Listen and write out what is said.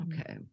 Okay